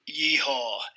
yeehaw